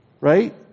right